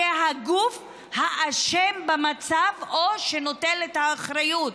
כגוף שאשם במצב, או שנוטל את האחריות.